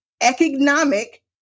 economic